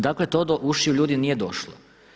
Dakle to do ušiju ljudi nije došlo.